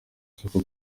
isoko